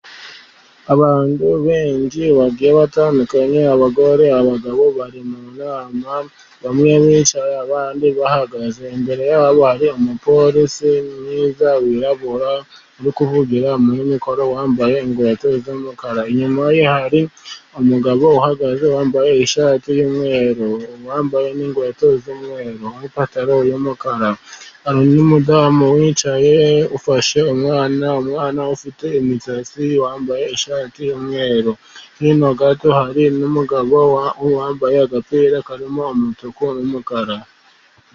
Abantu benshi bagiye batandukanye abagore n'abagabo bari mu ngamba bamwe bicaye bahagaze, imbere yabo hari umuporisi mwiza wirabura uri kuvugira umuri mikoro wambaye inkweto z'umukara, inyuma ye hari umugabo uhagaze wambaye ishati y'umweru wambaye n'inkweto z'umweru n'ipataro y'umukara, nyuma ye hari umudamu wicaye ufashe umwana, umwana afite imisatsi, wambaye ishati y'umweru hino gato hari n'umugabo wambaye agapira karimo umutuku n'umukara.